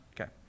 Okay